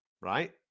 right